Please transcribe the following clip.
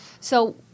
So-